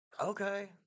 Okay